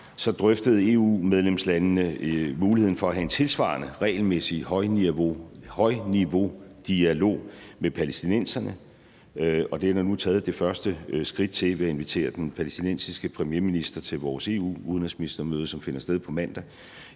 drøftede EU-medlemslandene muligheden for at have en tilsvarende regelmæssig højniveaudialog med palæstinenserne, og det er der nu taget det første skridt til ved at invitere den palæstinensiske premierminister til vores EU-udenrigsministermøde, som finder sted på mandag